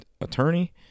attorney